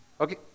Okay